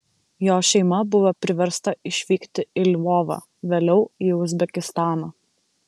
jo šeima buvo priversta išvykti į lvovą vėliau į uzbekistaną